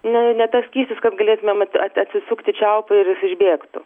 nu ne tas skystis kad galėtumėm at atsisukti čiaupą ir jis išbėgtų